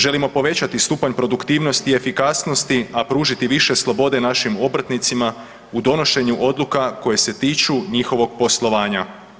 Želimo povećati stupanj produktivnosti i efikasnosti, a pružiti više slobode našim obrtnicima, u donošenju odluka koje se tiču njihovog poslovanja.